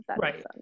right